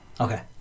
Okay